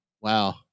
Wow